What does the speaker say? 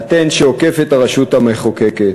פטנט שעוקף את הרשות המחוקקת,